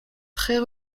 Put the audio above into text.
très